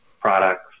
products